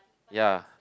ya